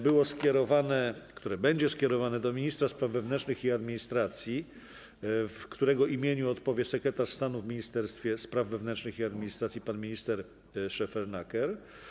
Będzie ono skierowane do ministra spraw wewnętrznych i administracji, w którego imieniu odpowie sekretarz stanu w Ministerstwie Spraw Wewnętrznych i Administracji pan minister Szefernaker.